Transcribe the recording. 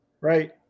Right